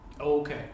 Okay